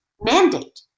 mandate